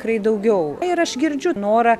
tikrai daugiau ir aš girdžiu norą